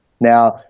Now